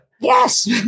yes